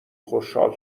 خوشحال